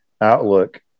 Outlook